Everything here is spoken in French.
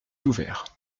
ouvert